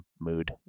mood